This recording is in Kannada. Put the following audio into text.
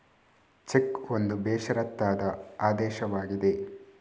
ಚೆಕ್ ಒಂದು ಬೇಷರತ್ತಾದ ಆದೇಶವಾಗಿದೆ